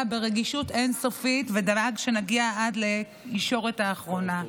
ברגישות אין-סופית ודאג שנגיע עד לישורת האחרונה.